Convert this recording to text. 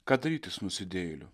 kad daryti su nusidėjėliu